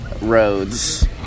roads